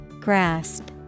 grasp